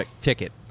ticket